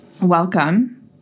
welcome